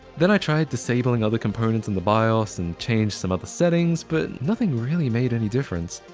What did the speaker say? then i tried disabling other components in the bios and changed some other settings but nothing really made any difference.